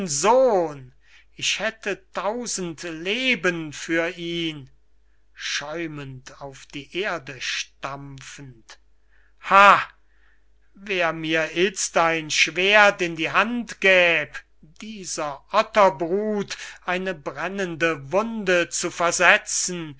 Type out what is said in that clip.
sohn ich hätte tausend leben für ihn schäumend auf die erde stampfend ha wer mir itzt ein schwerdt in die hand gäbe dieser otternbrut eine brennende wunde zu versetzen